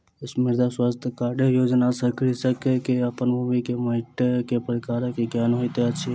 मृदा स्वास्थ्य कार्ड योजना सॅ कृषक के अपन भूमि के माइट के प्रकारक ज्ञान होइत अछि